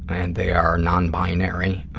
and they are non-binary,